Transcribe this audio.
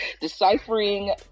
Deciphering